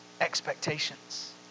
expectations